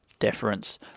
deference